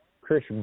Chris